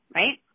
right